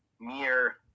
mere